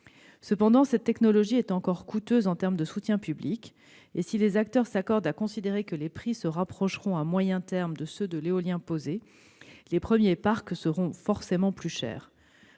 Cependant, cette technologie est encore coûteuse en termes de soutien public et, si les acteurs s'accordent à considérer que les prix se rapprocheront à moyen terme de ceux de l'éolien posé, les premiers parcs seront forcément plus chers.